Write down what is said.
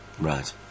right